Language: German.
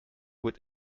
wird